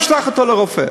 והוא ישלח אותו לרופא.